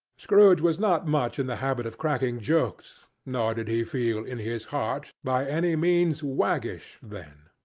scrooge was not much in the habit of cracking jokes, nor did he feel, in his heart, by any means waggish then.